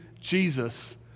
Jesus